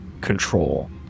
control